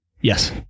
yes